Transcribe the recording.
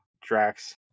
Drax